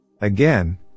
Again